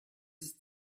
ist